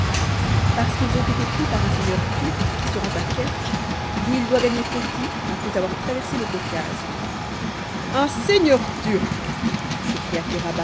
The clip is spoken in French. parce qu'ils ont été pris par un seigneur turc qui se rend à kertsch d'où il doit gagner poti après avoir traversé le caucase un seigneur turc s'écria